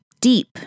deep